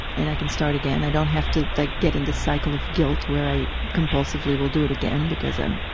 and i can start again. i don't have to like get into a cycle of guilt where i compulsively will do it again because i'm